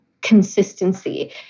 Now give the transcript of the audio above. consistency